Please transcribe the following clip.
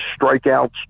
strikeouts